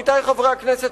עמיתי חברי הכנסת,